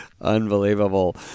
unbelievable